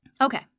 Okay